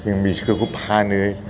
जों बिसोरखौ फानो